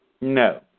No